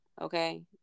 Okay